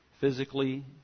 physically